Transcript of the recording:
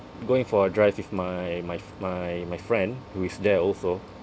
going for a drive with my my my my friend who is there also